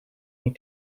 need